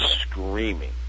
screaming